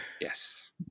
Yes